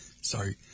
sorry